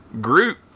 Groot